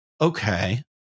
okay